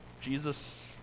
Jesus